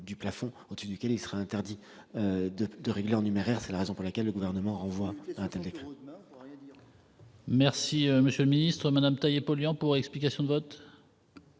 du plafond au-dessus duquel il sera interdit de régler en numéraire. C'est la raison pour laquelle le Gouvernement renvoie à un tel décret. La parole est à Mme Sophie Taillé-Polian, pour explication de vote.